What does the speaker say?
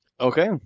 Okay